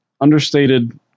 understated